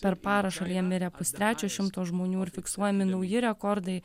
per parą šalyje mirė pustrečio šimto žmonių ir fiksuojami nauji rekordai